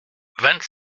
vingt